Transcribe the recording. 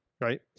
right